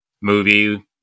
movie